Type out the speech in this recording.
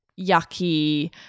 yucky